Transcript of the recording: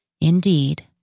Indeed